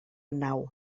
nau